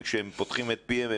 וכשהם פותחים את פיהם,